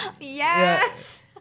yes